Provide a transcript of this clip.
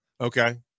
Okay